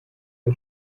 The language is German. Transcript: ein